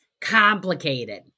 complicated